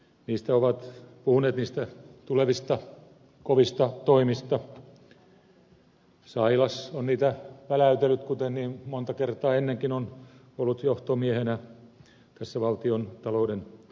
niistä tulevista kovista toimista on sailas väläytellyt kuten niin monta kertaa ennenkin on ollut johtomiehenä tässä valtiontalouden linjanvedossa